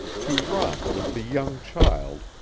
to romp with the young child,